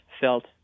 felt